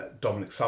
Dominic